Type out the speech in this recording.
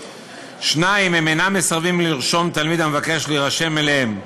2. הם אינם מסרבים לרשום תלמיד המבקש להירשם אליהם,